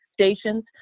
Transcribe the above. stations